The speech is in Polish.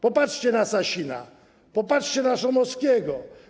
Popatrzcie na Sasina, popatrzcie na Szumowskiego.